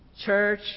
church